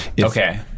Okay